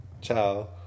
ciao